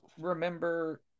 remember